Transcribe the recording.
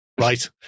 Right